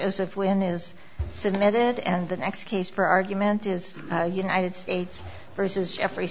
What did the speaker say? if when is submitted and the next case for argument is united states versus jeffrey